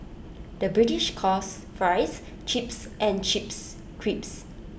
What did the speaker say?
the British calls Fries Chips and Chips Crisps